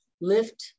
lift